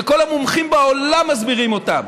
שכל המומחים בעולם מסבירים אותם.